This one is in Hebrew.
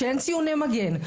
כשאין ציוני מגן,